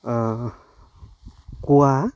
কুঁৱা